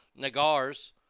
nagars